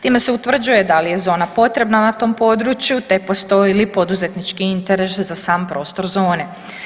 Time se utvrđuje da li je zona potrebna na tom području te postoji li poduzetnički interes za sam prostor zone.